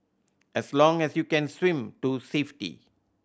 as long as you can swim to safety